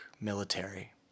military